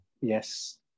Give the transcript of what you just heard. Yes